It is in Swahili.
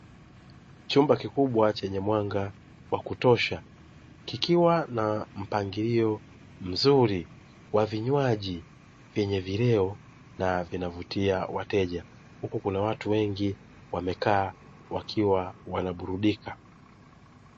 Chumba kikubwa chenye mwanga wa kutosha, kikiwa na mpangilio mzuri wa vinywaji vyenye vileo na vinavutia wateja, huku kuna watu wengi wamekaa wakiwa wanaburudika.